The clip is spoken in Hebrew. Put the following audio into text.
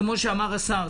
כפי שאמר השר,